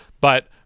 But-